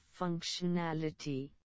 functionality